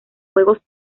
juegos